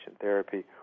therapy